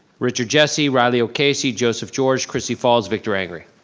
richard jessie, riley o'casey, joseph george, christy falls, victor angry.